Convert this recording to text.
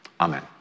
Amen